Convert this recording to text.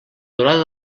durada